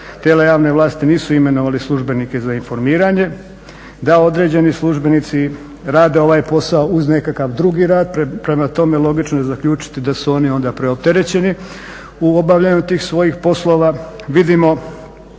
tijela javne vlasti nisu imenovali službenike za informiranje, da određeni službenici rade ovaj posao uz nekakav drugi rad. Prema tome logično je zaključiti da su oni onda preopterećeni u obavljanju tih svojih poslova. Vidimo